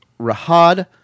Rahad